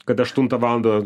kad aštuntą valandą